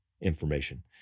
information